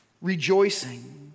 rejoicing